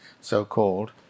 so-called